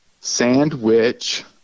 sandwich